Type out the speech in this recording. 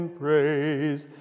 praise